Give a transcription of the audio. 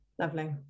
lovely